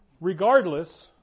Regardless